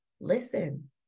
listen